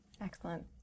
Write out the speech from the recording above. Excellent